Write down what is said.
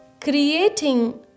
Creating